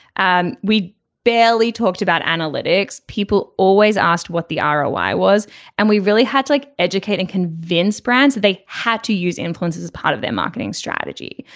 and we barely talked about analytics. people always asked what the ira why was and we really had to like educate and convince brands they had to use influencers as part of their marketing strategy.